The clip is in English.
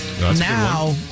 Now